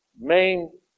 main